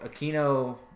Aquino